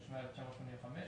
התשמ"ה-1985,